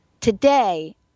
Today